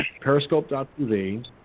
Periscope.tv